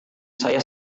saya